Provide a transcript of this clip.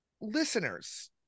listeners